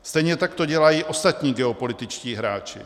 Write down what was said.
Stejně tak to dělají ostatní geopolitičtí hráči.